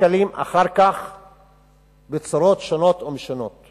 אחר כך שני שקלים או שלושה בצורות שונות ומשונות,